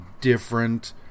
different